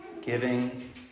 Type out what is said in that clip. giving